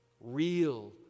real